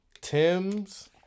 Tim's